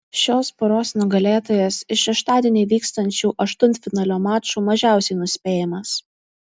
šios poros nugalėtojas iš šeštadienį vykstančių aštuntfinalio mačų mažiausiai nuspėjamas